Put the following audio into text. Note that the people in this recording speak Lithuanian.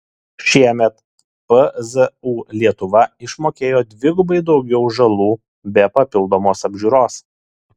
šiemet pzu lietuva išmokėjo dvigubai daugiau žalų be papildomos apžiūros